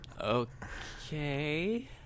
Okay